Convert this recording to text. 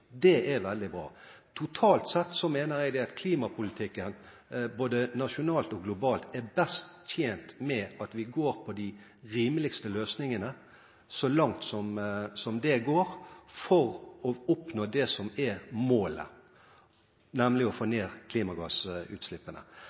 Det er veldig bra. Totalt sett mener jeg at klimapolitikken både nasjonalt og globalt er best tjent med at vi går for de rimeligste løsningene så langt som det går, for å oppnå det som er målet, nemlig å få ned klimagassutslippene.